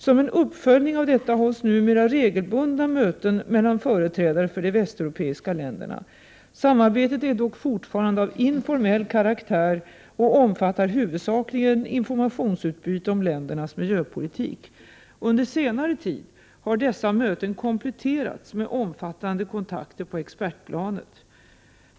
Som en uppföljning av detta hålls numera regelbundna möten mellan företrädare för de västeuropeiska länderna. Samarbetet är dock fortfarande av informell karaktär och omfattar huvudsakligen informationsutbyte om ländernas miljöpolitik. Under senare tid har dessa möten kompletterats med omfattande kontakter på expertplanet.